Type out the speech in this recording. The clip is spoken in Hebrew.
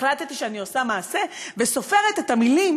החלטתי שאני עושה מעשה וסופרת את המילים